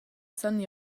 san